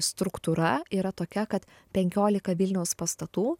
struktūra yra tokia kad penkiolika vilniaus pastatų